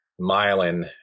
myelin